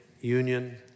Union